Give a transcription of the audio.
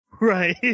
right